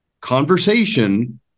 conversation